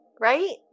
right